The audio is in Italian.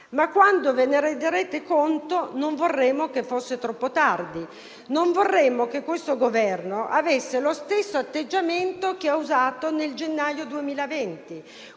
ma quando ve ne renderete conto non vorremmo che fosse troppo tardi. Non vorremmo che questo Governo avesse lo stesso atteggiamento che ha usato nel gennaio 2020,